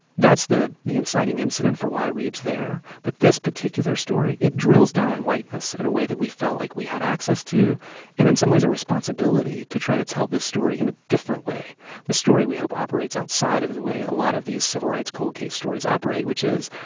that's the the inciting incident for why reeb's there. there. but this particular story it drills down in whiteness in a way that we felt like we had access to and in some ways a responsibility to try to tell this story in a different way the story, we hope, operates outside of the way a lot of these civil rights cold case stories operate, which is,